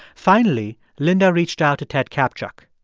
finally, linda reached out to ted kaptchuk.